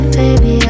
baby